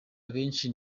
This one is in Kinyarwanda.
abenshi